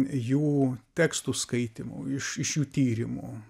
jų tekstų skaitymų iš iš jų tyrimų